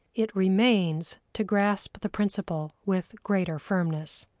it remains to grasp the principle with greater firmness.